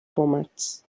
formats